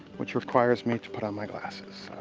which requires me to put on my glasses.